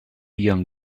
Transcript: young